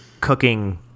cooking